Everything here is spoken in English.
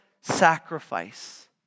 sacrifice